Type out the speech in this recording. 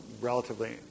relatively